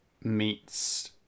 meets